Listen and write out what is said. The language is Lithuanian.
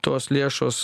tos lėšos